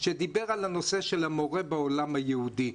שדיבר על הנושא של המורה בעולם היהודי,